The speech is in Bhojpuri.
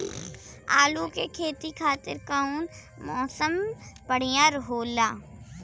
आलू के खेती खातिर कउन मौसम बढ़ियां होला?